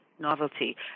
novelty